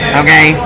okay